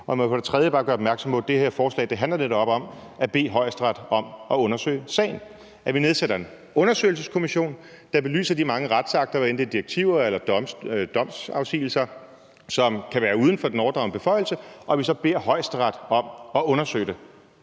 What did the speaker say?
Og må jeg for det tredje bare gøre opmærksom på, at det her forslag netop handler om at bede i Højesteret om at undersøge sagen, at vi nedsætter en undersøgelseskommission, der belyser de mange retsakter, hvad enten det er direktiver eller domsafsigelser, som kan være uden for den overdragne beføjelse, og at vi så beder Højesteret om at undersøge det.